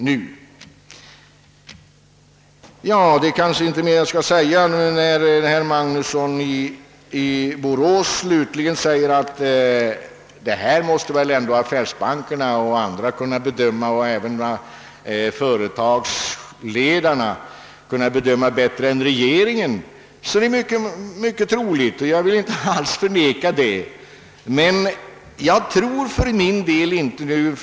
Det är kanske inte så mycket mer att säga i denna fråga, men jag vill ändå ta upp ytterligare en sak. Herr Magnusson i Borås sade att affärsbankerna, företagsledarna och andra väl ändå borde kunna bedöma dessa ting bättre än regeringen. Jag vill inte alls förneka att det är mycket troligt.